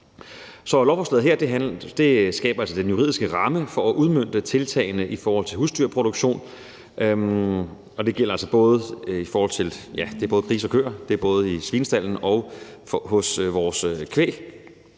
lovforslaget her skaber altså den juridiske ramme for at udmønte tiltagene i forhold til husdyrproduktion, og det gælder altså både grise og køer – det er både i svinestalden og hos vores kvæg.